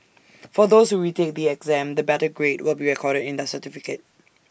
for those who retake the exam the better grade will be recorded in their certificate